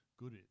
good